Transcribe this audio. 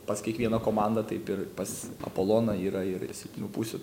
pas kiekvieną komandą taip ir pas apoloną yra ir silpnių pusių